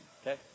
Okay